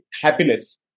happiness